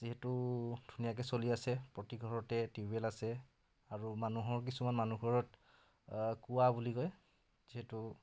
যিহেতু ধুনীয়াকৈ চলি আছে প্ৰতি ঘৰতে টিউবৱেল আছে আৰু মানুহৰ কিছুমান মানুহৰ ঘৰত কুঁৱা বুলি কয় যিহেতু